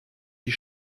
die